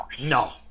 No